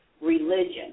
religion